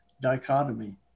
dichotomy